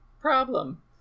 problem